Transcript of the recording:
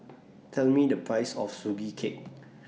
Tell Me The Price of Sugee Cake